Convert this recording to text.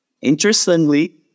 Interestingly